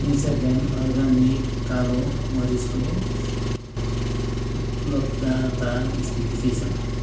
Natureland organic कालो मरिचको उपलब्धता स्थिति के छ